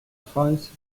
france